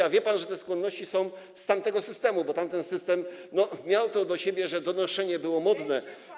A wie pan, że te skłonności są z tamtego systemu, bo tamten system miał to do siebie, że donoszenie było modne.